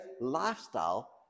lifestyle